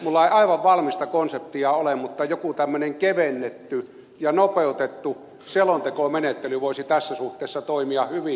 minulla ei aivan valmista konseptia ole mutta joku tämmöinen kevennetty ja nopeutettu selontekomenettely voisi tässä suhteessa toimia hyvin